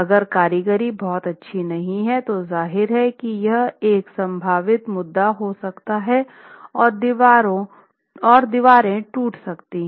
अगर कारीगरी बहुत अच्छी नहीं है तो ज़ाहिर है यह एक संभावित मुद्दा हो सकता है और दीवारों टूट सकती हैं